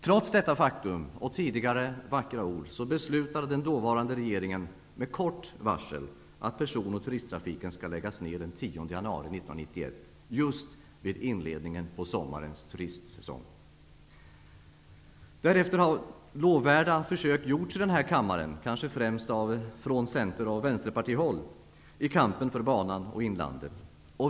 Trots detta faktum och tidigare vackra ord beslutar den dåvarande regeringen med kort varsel att person och turisttrafiken skall läggas ned den 10 Lovvärda försök har gjorts i denna kammare, främst från Center och Vänsterpartihåll, i kampen för banan och inlandet.